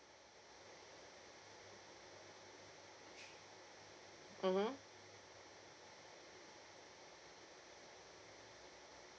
mmhmm